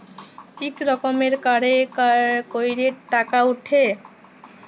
ইক রকমের কাড়ে ক্যইরে টাকা উঠে